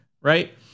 right